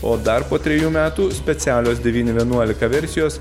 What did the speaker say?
o dar po trejų metų specialios devyni vienuolika versijos